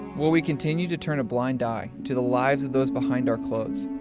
will we continue to turn a blind eye to the lives of those behind our clothes?